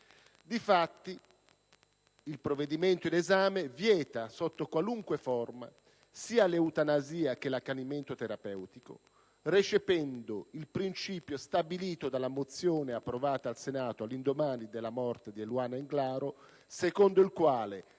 Difatti, il provvedimento in esame vieta sotto qualunque forma sia l'eutanasia che l'accanimento terapeutico, recependo il principio stabilito dalla mozione approvata dal Senato all'indomani della morte di Eluana Englaro, secondo la quale